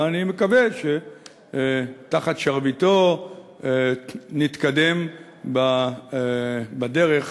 ואני מקווה שתחת שרביטו נתקדם בדרך